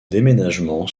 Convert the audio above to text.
déménagement